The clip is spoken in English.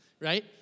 right